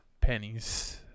pennies